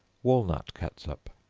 walnut catsup.